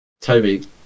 Toby